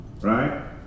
right